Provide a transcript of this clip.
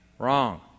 Wrong